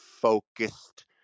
focused